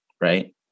right